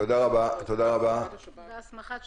בהסמכת שב"כ.